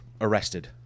Arrested